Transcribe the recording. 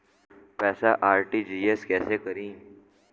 पैसा आर.टी.जी.एस कैसे करी?